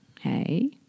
Hey